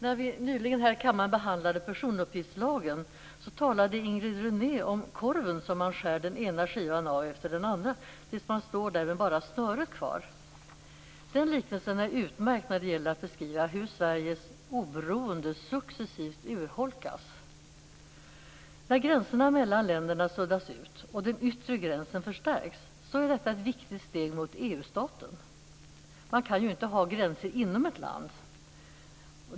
När vi nyligen här i kammaren behandlade personuppgiftslagen talade Inger René om korven som man skär den ena skivan av efter den andra tills man står där med bara snöret kvar. Den liknelsen är utmärkt när det gäller att beskriva hur Sveriges oberoende successivt urholkas. När gränserna mellan länderna suddas ut och den yttre gränsen förstärks är detta ett viktigt steg mot EU-staten. Man kan ju inte ha gränser inom ett land.